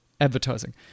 advertising